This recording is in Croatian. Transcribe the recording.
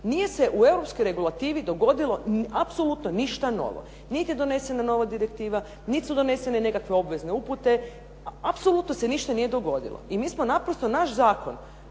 nije se u europskoj regulativi dogodilo apsolutno ništa novo. Niti je donesena nova direktiva, niti su donesene nekakve obvezne upute. Apsolutno se ništa nije dogodilo. I mi smo naprosto naš zakon.